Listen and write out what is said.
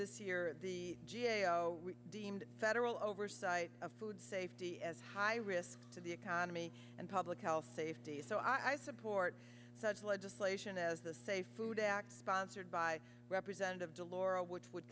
this year the g a o deemed federal oversight of food safety as high risk to the economy and public health safety so i support such legislation as the safe food act sponsored by representative de lauro which would